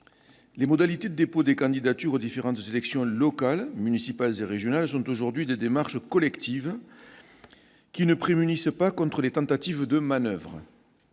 Les modalités de dépôt des candidatures aux différentes élections locales, municipales et régionales, sont aujourd'hui des démarches collectives, qui ne prémunissent pas contre des tentatives de manoeuvre.